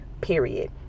period